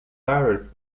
tired